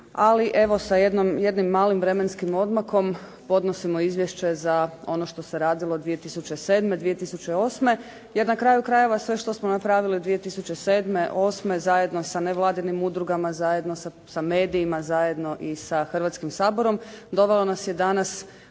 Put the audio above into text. ali evo sa jednim malim vremenskim odmakom podnosimo izvješće za ono što se radilo 2007., 2008. Jer na kraju krajeva sve što smo napravili 2007., 2008. zajedno sa nevladinim udrugama, zajedno sa medijima, zajedno i sa Hrvatskim saborom